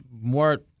more